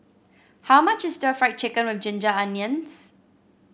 how much is Stir Fried Chicken with Ginger Onions